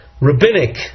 rabbinic